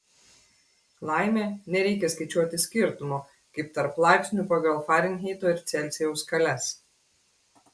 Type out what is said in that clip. laimė nereikia skaičiuoti skirtumo kaip tarp laipsnių pagal farenheito ir celsijaus skales